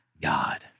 God